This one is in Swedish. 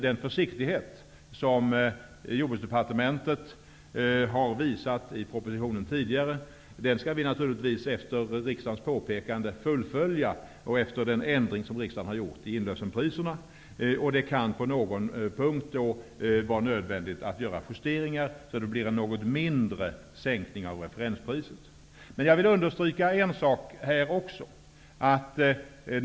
Den försiktighet som Jordbruksdepartementet gett uttryck för i propositionen tidigare, skall vi naturligtvis efter riksdagens påpekande fullfölja, efter den ändring som gjorts när det gäller inlösenpriserna. På någon punkt kan det bli nödvändigt med justeringar, och sänkningen av referenspriset kan bli något mindre. Jag vill dock understryka en sak i det här sammanhanget.